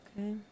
Okay